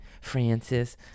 Francis